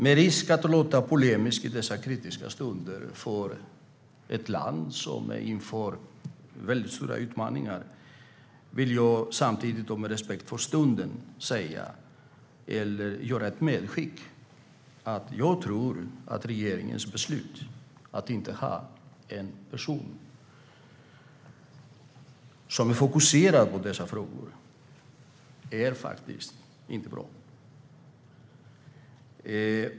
Med risk att låta polemisk i dessa kritiska stunder för ett land som står inför väldigt stora utmaningar vill jag samtidigt och med respekt för stunden göra ett medskick. Regeringens beslut att inte ha en person som är fokuserad på dessa frågor är inte bra.